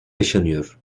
yaşanıyor